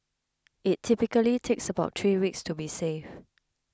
it typically takes about three weeks to be safe